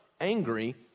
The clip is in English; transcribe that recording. angry